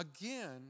again